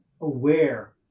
aware